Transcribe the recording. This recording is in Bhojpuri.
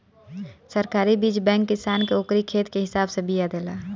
सरकारी बीज बैंक किसान के ओकरी खेत के हिसाब से बिया देला